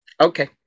Okay